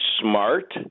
smart